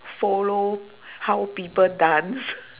follow how people dance